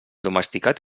domesticat